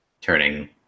turning